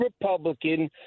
Republican